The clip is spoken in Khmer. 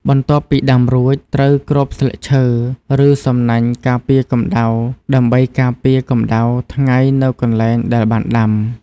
បន្ទាប់ពីដាំរួចត្រូវគ្របស្លឹកឈើ ឬសំណាញ់ការពារកម្ដៅដើម្បីការពារកម្ដៅថ្ងៃនៅកន្លែង ដែលបានដាំ។